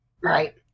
right